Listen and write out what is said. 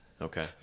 Okay